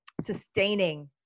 sustaining